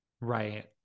right